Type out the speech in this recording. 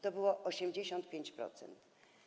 To było 85%.